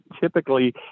typically